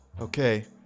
okay